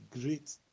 great